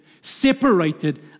separated